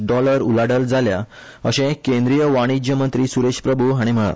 डॉलर उलाढाल जाल्या अशें केंद्रीय वाणिज्य मंत्री सुरेश प्रभू हाणी म्हणला